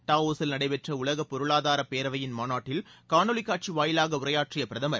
டாவோசில் நடைபெற்ற உலக பொருளாதார பேரவையின் மாநாட்டில் காணொலி கட்சி வாயிலாக உரையாற்றிய பிரதமர்